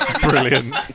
Brilliant